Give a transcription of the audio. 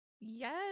yes